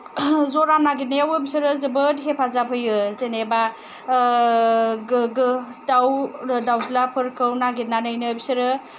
जरा नागिरनायावबो बिसोरो जोबोद हेफाजाब होयो जेनेबा गोगो दाउ दाउज्लाफोरखौ नागिरनानैनो बिसोरो